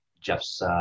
Jeff's